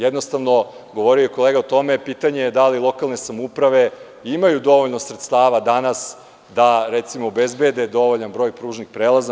Jednostavno, govorio je kolega o tome, pitanje je da li lokalne samouprave imaju dovoljno sredstava danas da recimo obezbede dovoljan broj pružnih prelaza.